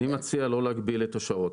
אני מציע לא להגביל את השעות.